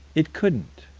it couldn't.